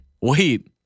Wait